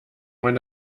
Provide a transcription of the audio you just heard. man